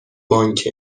بانک